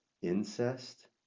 Incest